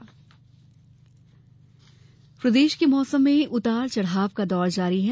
मौसम प्रदेश के मौसम में उतार चढ़ाव का दौर जारी है